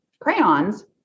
crayons